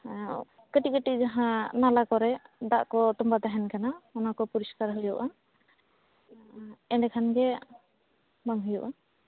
ᱠᱟᱹᱴᱤᱡ ᱠᱟᱹᱴᱤᱡ ᱡᱟᱦᱟᱸ ᱱᱟᱞᱟ ᱠᱚᱨᱮ ᱫᱟᱜ ᱠᱚ ᱛᱚᱷᱟᱣ ᱛᱟᱦᱮᱱ ᱠᱟᱱᱟ ᱚᱱᱟ ᱠᱚ ᱯᱩᱨᱤᱥᱠᱟᱨ ᱦᱩᱭᱩᱜᱼᱟ ᱮᱰᱮ ᱠᱷᱟᱱ ᱜᱮ ᱵᱟᱝ ᱦᱩᱭᱩᱜᱼᱟ